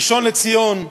ראשון לציון,